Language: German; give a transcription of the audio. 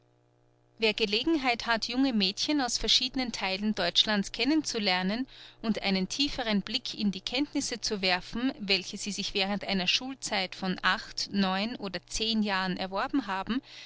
wer gelegenheit hat junge mädchen aus verschiednen theilen deutschlands kennen zu lernen und einen tieferen blick in die kenntnisse zu werfen welche sie sich während einer schulzeit von oder jahren erworben haben